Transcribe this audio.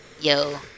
yo